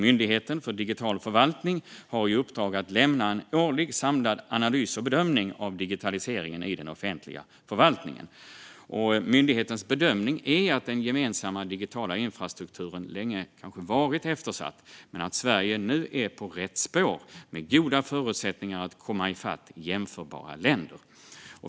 Myndigheten för digital förvaltning har i uppdrag att lämna en årlig samlad analys och bedömning av digitaliseringen i den offentliga förvaltningen. Myndighetens bedömning är att den gemensamma digitala infrastrukturen länge har varit eftersatt men att Sverige nu är på rätt spår med goda förutsättningar att komma i fatt jämförbara länder.